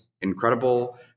incredible